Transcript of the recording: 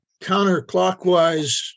counterclockwise